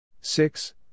six